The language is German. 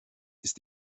ist